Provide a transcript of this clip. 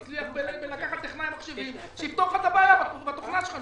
תצליח - לקחת טכנאי מחשבים שיפתור את הבעיה שלך בתוכנה.